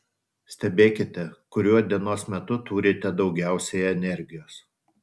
stebėkite kuriuo dienos metu turite daugiausiai energijos